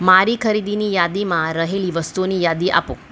મારી ખરીદીની યાદીમાં રહેલી વસ્તુઓની યાદી આપો